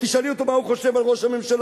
תשאלי אותו מה הוא חושב על ראש הממשלה,